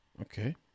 Okay